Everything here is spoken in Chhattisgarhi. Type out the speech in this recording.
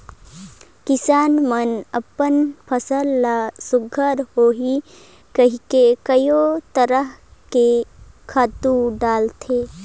किसान मन अपन फसल ल सुग्घर होही कहिके कयो तरह के खातू डालथे